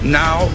now